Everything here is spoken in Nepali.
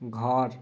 घर